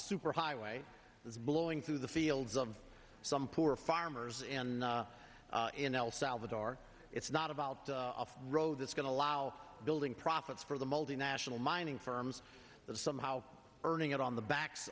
super highway is blowing through the fields of some poor farmers and in el salvador it's not about a road that's going to allow building profits for the multinational mining firms that somehow earning it on the backs